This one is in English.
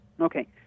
Okay